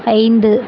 ஐந்து